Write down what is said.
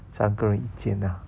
三个人一间 lah